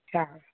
अछा